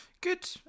good